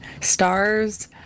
Stars